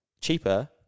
cheaper